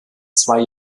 zwei